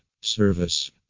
service